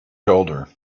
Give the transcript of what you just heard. shoulder